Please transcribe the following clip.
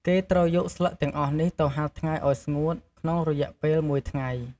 គេត្រូវយកស្លឹកទាំងអស់នេះទៅហាលថ្ងៃឱ្យស្ងួត ក្នុងរយៈពេលមួយថ្ងៃ។